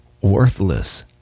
worthless